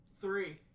Three